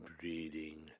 breeding